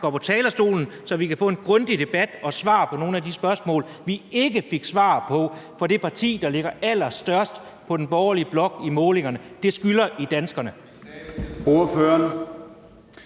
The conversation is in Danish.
går på talerstolen, så vi kan få en grundig debat og svar på nogle af de spørgsmål, som vi ikke fik svar på fra det parti, der er allerstørst i den borgerlige blok i målingerne. Det skylder I danskerne.